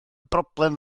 broblem